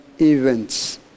events